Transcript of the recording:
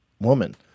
woman